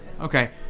Okay